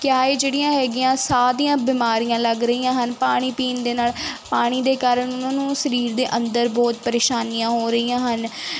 ਕਿਆ ਇਹ ਜਿਹੜੀਆਂ ਹੈਗੀਆਂ ਸਾਹ ਦੀਆਂ ਬਿਮਾਰੀਆਂ ਲੱਗ ਰਹੀਆਂ ਹਨ ਪਾਣੀ ਪੀਣ ਦੇ ਨਾਲ ਪਾਣੀ ਦੇ ਕਾਰਨ ਉਹਨਾਂ ਨੂੰ ਸਰੀਰ ਦੇ ਅੰਦਰ ਬਹੁਤ ਪਰੇਸ਼ਾਨੀਆਂ ਹੋ ਰਹੀਆਂ ਹਨ